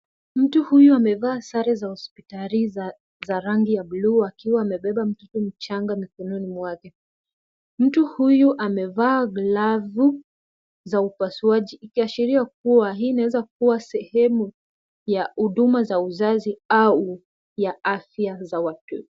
Mtu huyu amevaa sare za hospitali za rangi ya buluu akiwa amebeba mtoto mchanga mkononi mwake, mtu huyu amevaa glavu za upasuaji ikiashiria kuwa hii inaeza kuwa sehemu ya huduma za uzazi au ya afya za wake.